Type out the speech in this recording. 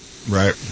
right